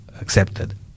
accepted